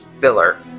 filler